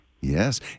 Yes